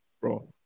bro